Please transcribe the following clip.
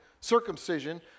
circumcision